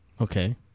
Okay